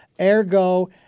Ergo